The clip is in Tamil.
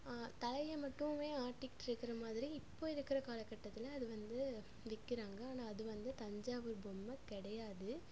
தலையை மட்டும் ஆட்டிட்ருக்கிற மாதிரி இப்போ இருக்கிற காலகட்டத்தில் அது வந்து விற்கிறாங்க ஆனால் அது வந்து தஞ்சாவூர் பொம்மை கிடையாது